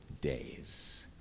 days